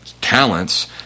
talents